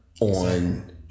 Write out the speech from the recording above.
On